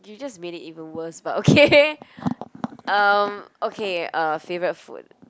you just made it even worse but okay um okay uh favorite food